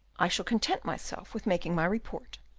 i shall content myself with making my report,